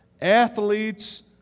athletes